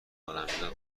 ادمیزاد